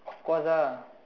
of course ah